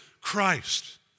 Christ